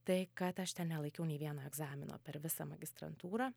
tai kad aš nelaikiau nei vieno egzamino per visą magistrantūrą